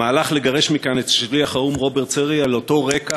מהלך לגרש מכאן את שליח האו"ם רוברט סרי על אותו רקע,